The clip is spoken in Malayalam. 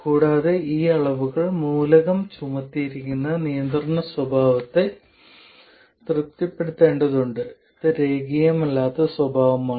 കൂടാതെ ഈ അളവുകൾ മൂലകം ചുമത്തിയിരിക്കുന്ന നിയന്ത്രണത്തെ തൃപ്തിപ്പെടുത്തേണ്ടതുണ്ട് അത് രേഖീയമല്ലാത്ത സ്വഭാവമാണ്